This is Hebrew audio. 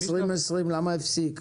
ב-2020 למה זה הפסיק?